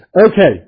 Okay